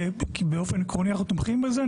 כי באופן עקרוני אנחנו תומכים בזה,